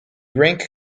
rank